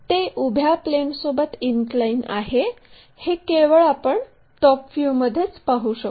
ते उभ्या प्लेनसोबत इनक्लाइन आहे हे केवळ आपण टॉप व्ह्यूमध्ये पाहू शकतो